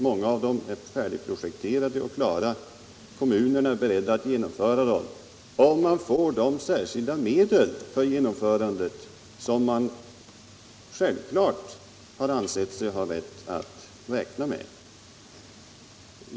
Många av dem är färdigprojekterade, och kommunerna är beredda att genomföra dem, om de får de särskilda medel som de självfallet har ansett sig ha rätt att räkna med.